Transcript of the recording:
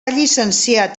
llicenciat